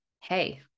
hey